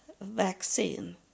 vaccine